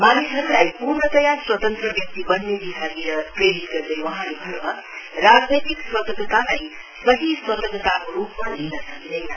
मानिसहरूलाई पूर्णतया स्वतन्त्र व्यक्ति वन्ने दिशातिर प्रेरित गर्दै वहाँले भन्न्भयो राजनैतिक स्वतन्त्रतालाई सही स्वत्रान्तको रूपमा लिन सकिन्दैन